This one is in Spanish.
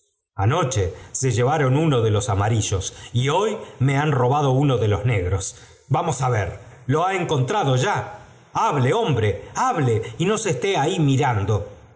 anoche se llevaron uno de ico amarillos y hoy me han robado uno de los negros vamos á ver lo ha encontrado ya hable hombre hable y no se esté ahí mirando